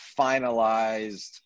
finalized